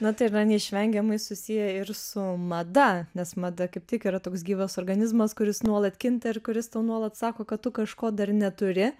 na tai yra neišvengiamai susiję ir su mada nes mada kaip tik yra toks gyvas organizmas kuris nuolat kinta ir kuris tau nuolat sako kad tu kažko dar neturi